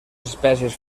espècies